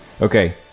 Okay